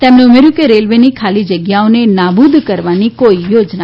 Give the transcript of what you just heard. તેમણે ઉમેર્થું હતું કે રેલવેની ખાલી જગ્યાઓને નાબુદ કરવાની કોઈ યોજના નથી